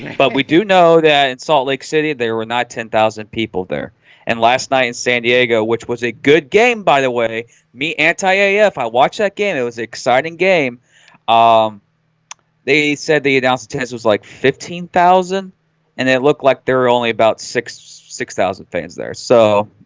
but we do know that in salt lake city there were not ten thousand people there and last night in san diego which was a good game by the way me anti a if i watch that game it was exciting game um they said the announced tennis was like fifteen thousand and it looked like there were only about six six thousand fans there so